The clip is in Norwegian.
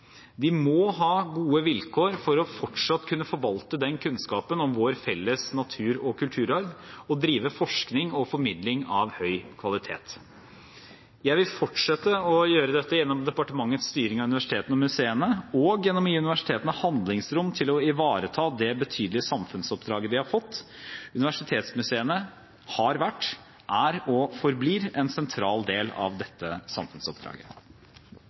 De må ha gode vilkår for fortsatt å kunne forvalte den kunnskapen om vår felles natur- og kulturarv og drive forskning og formidling av høy kvalitet. Jeg vil fortsette å gjøre dette gjennom departementets styring av universitetene og museene og gjennom å gi universitetene handlingsrom til å ivareta det betydelige samfunnsoppdraget de har fått. Universitetsmuseene har vært, er og forblir en sentral del av dette samfunnsoppdraget.